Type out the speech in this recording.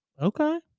Okay